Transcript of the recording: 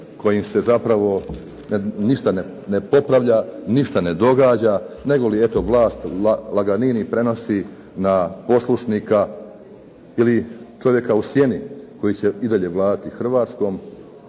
kojim se zapravo ništa ne popravlja, ništa ne događa, negoli eto vlast laganini prenosi na poslušnika ili čovjeka u sjeni koji će i dalje vladati Hrvatskom